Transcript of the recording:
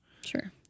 Sure